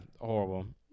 horrible